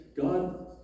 God